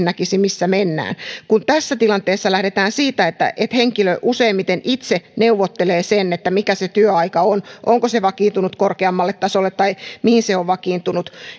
näkisi missä mennään kun tässä tilanteessa lähdetään siitä että että henkilö useimmiten itse neuvottelee sen mikä se työaika on onko se vakiintunut korkeammalle tasolle tai mihin se on vakiintunut